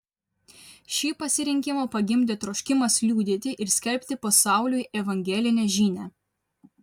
šį pasirinkimą pagimdė troškimas liudyti ir skelbti pasauliui evangelinę žinią